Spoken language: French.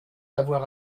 d’avoir